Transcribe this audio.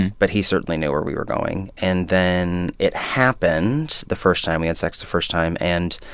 but he certainly knew where we were going. and then it happened the first time, we had sex the first time. and,